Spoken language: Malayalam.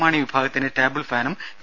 മാണി വിഭാഗത്തിന് ടേബിൾ ഫാനും പി